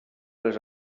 les